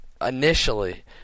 initially